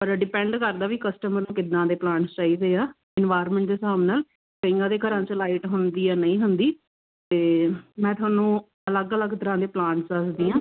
ਪਰ ਡਿਪੈਂਡ ਕਰਦਾ ਵੀ ਕਸਟਮਰ ਨੂੰ ਕਿੱਦਾਂ ਦੇ ਪਲਾਂਟਸ ਚਾਹੀਦੇ ਆ ਇਨਵਾਇਰਮੈਂਟ ਦੇ ਹਿਸਾਬ ਨਾਲ ਕਈਆਂ ਦੇ ਘਰਾਂ 'ਚ ਲਾਈਟ ਹੁੰਦੀ ਆ ਨਹੀਂ ਹੁੰਦੀ ਅਤੇ ਮੈਂ ਤੁਹਾਨੂੰ ਅਲੱਗ ਅਲੱਗ ਤਰ੍ਹਾਂ ਦੇ ਪਲਾਂਟਸ ਦੱਸਦੀ ਹਾਂ